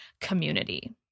community